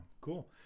cool